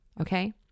Okay